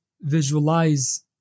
visualize